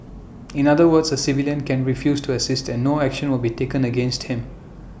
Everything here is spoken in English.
in other words A civilian can refuse to assist and no action will be taken against him